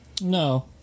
no